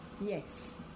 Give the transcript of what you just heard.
Yes